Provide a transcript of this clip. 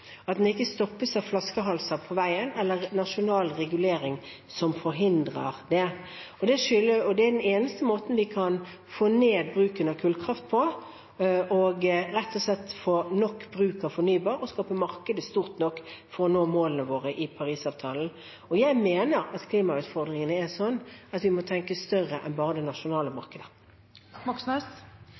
at den ikke stoppes av flaskehalser på veien, eller at det er en nasjonal regulering som forhindrer det. Den eneste måten vi kan få ned bruken av kullkraft på, er rett og slett å få nok bruk av fornybar energi og gjøre markedet stort nok til å nå målene våre i Parisavtalen. Jeg mener at klimautfordringene er slik at vi må tenke større enn bare på det nasjonale markedet.